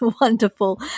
wonderful